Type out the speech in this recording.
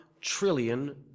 trillion